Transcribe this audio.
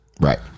Right